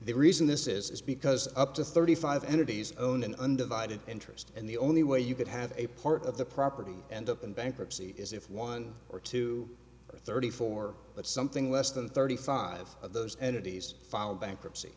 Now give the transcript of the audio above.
the reason this is because up to thirty five entities own an undivided interest and the only way you could have a part of the property end up in bankruptcy is if one or two thirty four but something less than thirty five of those entities filed bankruptcy